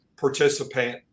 participant